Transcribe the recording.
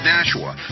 Nashua